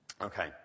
Okay